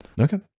Okay